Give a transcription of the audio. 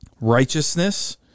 righteousness